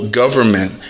government